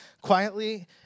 quietly